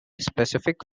specific